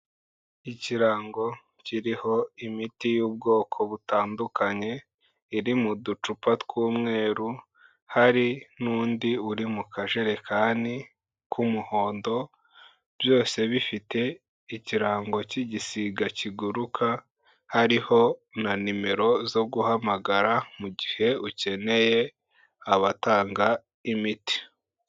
Ikirango kiriho imiti y'ubwoko butandukanye, iri mu ducupa tw'umweru, hari n'undi uri mu kajerekani k'umuhondo, byose bifite ikirango cy'igisiga kiguruka, hariho na nimero zo guhamagara mu gihe ukeneye abatanga imiti.